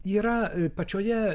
yra pačioje